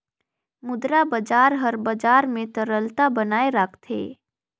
मुद्रा बजार हर बजार में तरलता बनाए राखथे